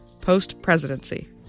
post-presidency